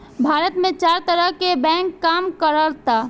भारत में चार तरह के बैंक काम करऽता